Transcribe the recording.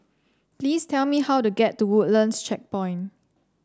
please tell me how to get to Woodlands Checkpoint